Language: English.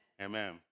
Amen